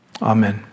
Amen